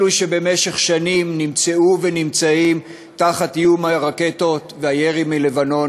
אלה שבמשך שנים נמצאו ונמצאים תחת איום הרקטות והירי מלבנון,